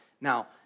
Now